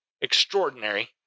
extraordinary